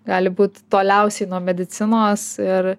gali būti toliausiai nuo medicinos ir